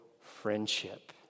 friendship